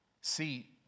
See